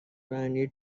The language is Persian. رنگی